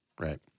right